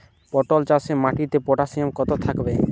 পটল চাষে মাটিতে পটাশিয়াম কত থাকতে হবে?